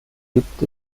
gibt